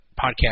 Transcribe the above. podcast